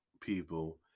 people